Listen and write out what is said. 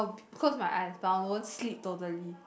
close my eyes but I won't sleep totally